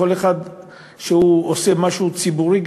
כשהוא עושה משהו ציבורי,